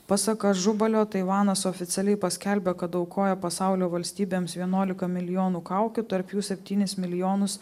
pasak ažubalio taivanas oficialiai paskelbė kad aukoja pasaulio valstybėms vienuolika milijonų kaukių tarp jų septynis milijonus